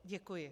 Děkuji.